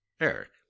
Eric